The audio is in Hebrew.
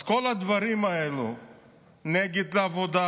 אז כל הדברים האלו נגד עבודה